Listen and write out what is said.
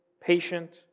patient